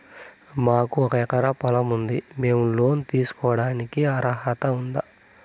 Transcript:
మాకు ఒక ఎకరా పొలం ఉంది మేము లోను తీసుకోడానికి అర్హత ఉందా